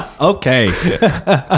okay